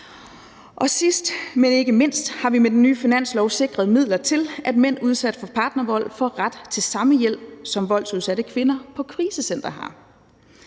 Sidst, men ikke mindst, har vi med den nye finanslov sikret midler til, at mænd udsat for partnervold får ret til samme hjælp, som voldsudsatte kvinder på krisecentre har.